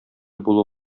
булу